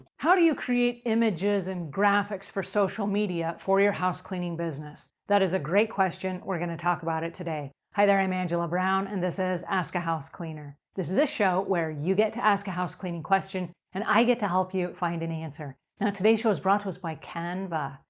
how do you create images and graphics for social media for your house cleaning business? that is a great question. we're going to talk about it today. hi, there. i'm angela brown and this is ask a house cleaner. this is a show where you get to ask a house cleaning question and i get to help you find an answer. and now today's show is brought to us by canva.